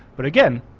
but again,